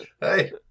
Hey